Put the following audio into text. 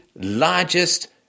largest